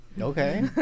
Okay